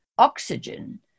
Oxygen